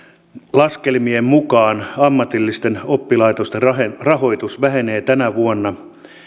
laskelmien mukaan ammatillisten oppilaitosten rahoitus vähenee tänä vuonna